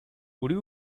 would